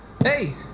Hey